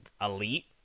elite